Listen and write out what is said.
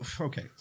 Okay